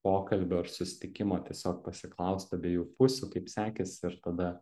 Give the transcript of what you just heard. pokalbio ar susitikimo tiesiog pasiklaust abiejų pusių kaip sekėsi ir tada